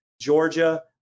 Georgia